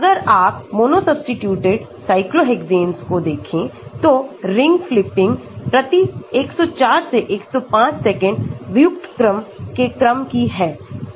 अगर आप monosubstituted cyclohexanes कोदेखें तो रिंग फ़्लिपिंग प्रति 104 से 105 सेकंड व्युत्क्रम के क्रम की है